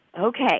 Okay